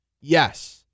Yes